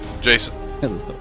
Jason